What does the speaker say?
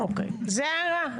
זאת ההערה?